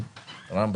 רם,